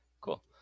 Cool